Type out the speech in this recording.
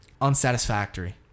unsatisfactory